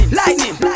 lightning